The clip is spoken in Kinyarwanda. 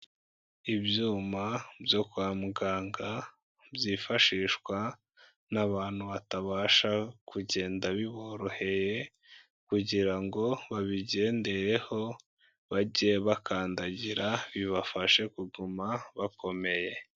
Ibyuma byo kwa muganga, byifashishwa n'abantu batabasha kugenda biboroheye, kugira ngo babigendereho, bajye bakandagira, bibafashe kuguma bakomeye.